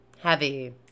heavy